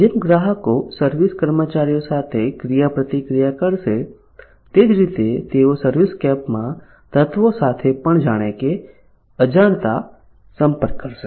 જેમ ગ્રાહકો સર્વિસ કર્મચારીઓ સાથે ક્રિયાપ્રતિક્રિયા કરશે તે જ રીતે તેઓ સર્વિસસ્કેપમાં તત્વો સાથે પણ જાણે કે અજાણતા સંપર્ક કરશે